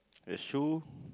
a shoe